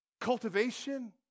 cultivation